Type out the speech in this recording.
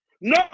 No